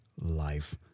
life